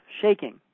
shaking